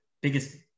biggest